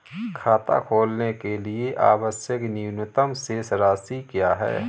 खाता खोलने के लिए आवश्यक न्यूनतम शेष राशि क्या है?